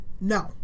No